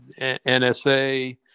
NSA